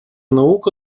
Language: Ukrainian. наука